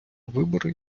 вибори